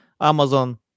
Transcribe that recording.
Amazon